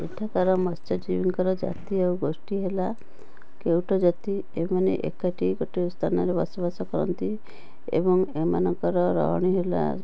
ଏଠାକାର ମତ୍ସ୍ୟଜୀବୀଙ୍କର ଜାତୀୟ ଗୋଷ୍ଠୀ ହେଲା କେଉଟ ଜାତି ଏମାନେ ଏକାଠି ଗୋଟିଏ ସ୍ଥାନରେ ବସବାସ କରନ୍ତି ଏବଂ ଏମାନଙ୍କର ରହଣି ହେଲା